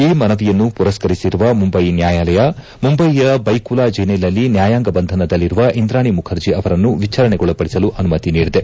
ಈ ಮನವಿಯನ್ನು ಪುರಸ್ಕರಿಸಿರುವ ಮುಂಬಯಿ ನ್ಯಾಯಾಲಯ ಮುಂಬಯಿಯ ಬೈಕುಲಾ ಜೈಲಿನಲ್ಲಿ ನ್ಯಾಯಾಂಗ ಬಂಧನದಲ್ಲಿರುವ ಇಂದ್ರಾಣಿ ಮುಖರ್ಜಿ ಅವರನ್ನು ವಿಚಾರಣೆಗೊಳಪದಿಸಲು ಅನುಮತಿ ನೀಡಿದೆ